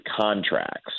contracts